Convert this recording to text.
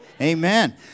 Amen